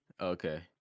okay